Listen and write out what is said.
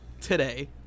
today